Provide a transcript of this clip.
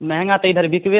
महँगा ते इधर बिक भी